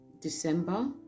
December